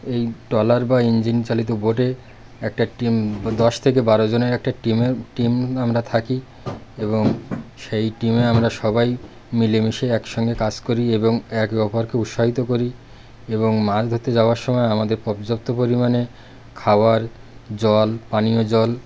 এই ট্রলার বা ইঞ্জিন চালিত বোটে একটা টিম দশ থেকে বারো জনের একটা টিমের টিম আমরা থাকি এবং সেই টিমে আমরা সবাই মিলেমিশে একসঙ্গে কাজ করি এবং একে অপরকে উৎসাহিত করি এবং মাছ ধরতে যাওয়ার সময় আমাদের পর্যাপ্ত পরিমাণে খাবার জল পানীয় জল